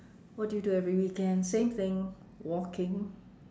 what do you do every weekend same thing walking